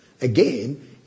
Again